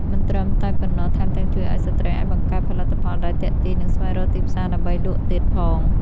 មិនត្រឹមតែប៉ុណ្ណោះ ថែមទាំងជួយឱ្យស្ត្រីអាចបង្កើតផលិតផលដែលទាក់ទាញ និងស្វែងរកទីផ្សារដើម្បីលក់ទៀតផង។